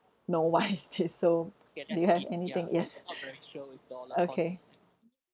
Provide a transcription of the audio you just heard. know what is it so you have anything yes okay